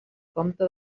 compte